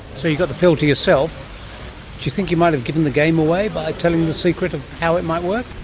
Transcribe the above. so you've got the field to yourself. do you think you might have given the game away by telling the secret of how it might work?